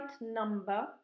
number